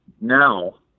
now